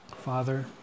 Father